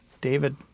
David